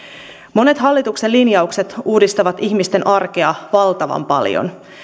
monet hallituksen linjaukset uudistavat ihmisten arkea valtavan paljon